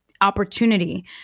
opportunity